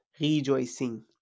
rejoicing